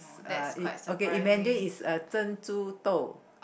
uh okay in Mandarin it's uh 珍珠豆